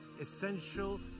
essential